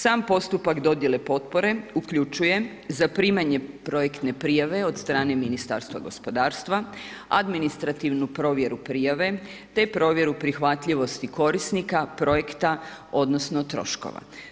Sam postupak dodjele potpore uključuje zaprimanje projektne prijave od strane Ministarstva gospodarstva, administrativnu provjeru prijave te provjeru prihvatljivosti korisnika, projekta odnosno troškova.